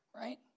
Right